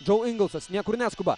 džau ingelsas niekur neskuba